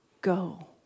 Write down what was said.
go